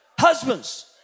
Husbands